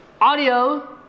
Audio